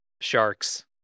sharks